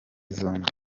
zombi